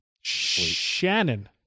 Shannon